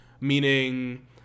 Meaning